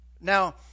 Now